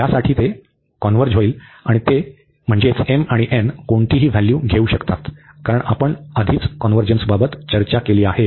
आणि ते कोणतीही व्हॅल्यू घेऊ शकतात कारण आपण आधीच कॉन्व्हर्जन्सबद्दल चर्चा केली आहे